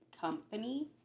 company